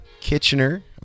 Kitchener